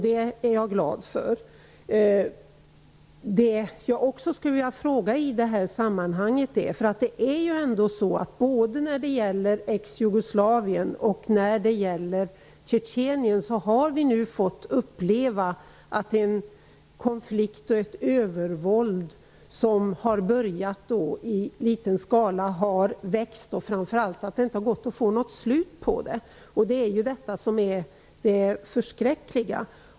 Det är jag glad för. Både när det gäller ex-Jugoslavien och Tjetjenien har vi fått uppleva att konflikter som har börjat i liten skala har växt. Framför allt har det inte gått att få något slut på dem. Det är det förskräckliga.